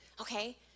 Okay